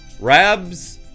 Rabs